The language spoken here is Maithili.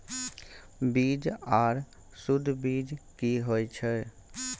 बीज आर सुध बीज की होय छै?